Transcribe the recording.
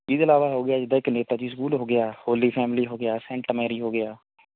ਇਹ ਤੋਂ ਇਲਾਵਾ ਹੋ ਗਿਆ ਜਿੱਦਾਂ ਇੱਕ ਨੇਤਾ ਜੀ ਸਕੂਲ ਹੋ ਗਿਆ ਹੌਲੀ ਫੈਮਿਲੀ ਹੋ ਗਿਆ ਸੈਂਟ ਮੈਰੀ ਹੋ ਗਿਆ